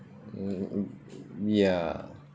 mm ya